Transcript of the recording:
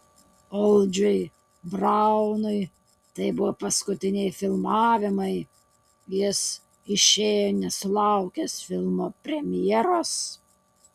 uldžiui braunui tai buvo paskutiniai filmavimai jis išėjo nesulaukęs filmo premjeros